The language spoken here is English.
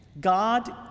God